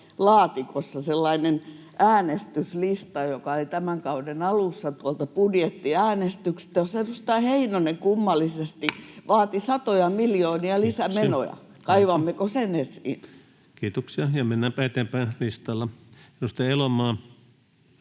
laatikossa sellainen äänestyslista, joka oli tämän kauden alussa tuolla budjettiäänestyksessä, jossa edustaja Heinonen kummallisesti vaati satoja miljoonia lisämenoja. Kaivammeko sen esiin? Mikrofoni päälle. Kiitoksia. — Ja mennäänpä eteenpäin listalla. — Edustaja Elomaa